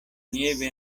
nieve